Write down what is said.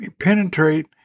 penetrate